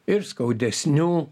ir skaudesnių